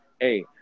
Hey